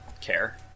care